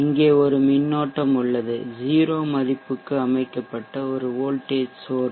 இங்கே ஒரு மின்னோட்டம் உள்ளது 0 மதிப்புக்கு அமைக்கப்பட்ட ஒரு வோல்ட்டேஜ் சோர்ஷ்